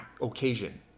occasion